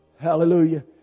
Hallelujah